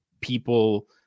people